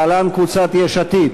להלן: קבוצת סיעת יש עתיד.